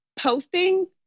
posting